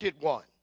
One